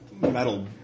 metal